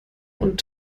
und